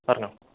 പറഞ്ഞോ